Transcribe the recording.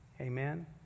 Amen